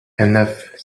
enough